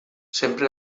sempre